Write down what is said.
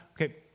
Okay